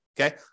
Okay